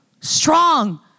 strong